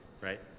right